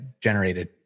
generated